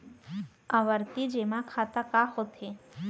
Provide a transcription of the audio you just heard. आवर्ती जेमा खाता का होथे?